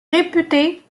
réputée